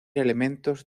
elementos